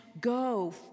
go